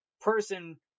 person